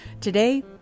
Today